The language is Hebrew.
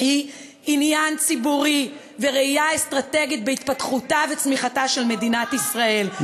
היא עניין ציבורי וראייה אסטרטגית בהתפתחותה וצמיחתה של מדינת ישראל.